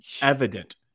evident